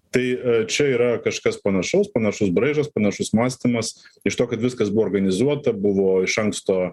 tai čia yra kažkas panašaus panašus braižas panašus mąstymas iš to kad viskas buvo organizuota buvo iš anksto